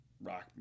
rock